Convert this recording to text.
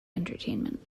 entertainment